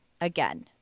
again